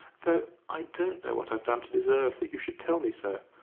though i don't know what i've done to deserve that you should tell me so!